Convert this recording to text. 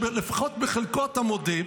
שלפחות בחלקו אתה מודה,